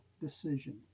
decision